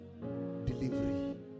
Delivery